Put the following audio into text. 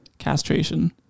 castration